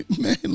Man